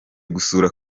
gusura